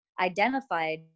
identified